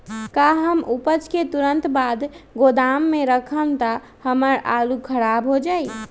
का हम उपज के तुरंत बाद गोदाम में रखम त हमार आलू खराब हो जाइ?